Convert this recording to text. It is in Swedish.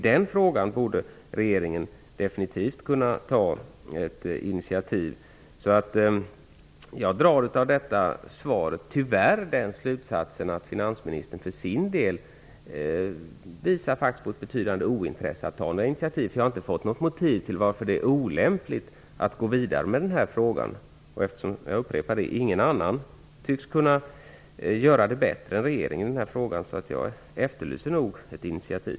Regeringen borde definitivt kunna ta ett initiativ i den frågan. Av det här svaret drar jag tyvärr den slutsatsen att finansministern är ointresserad av att ta några initiativ. Jag har inte fått något motiv till varför det är olämpligt att gå vidare med den här frågan. Ingen annan tycks kunna göra det bättre än regeringen. Jag efterlyser ett initiativ.